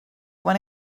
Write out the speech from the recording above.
when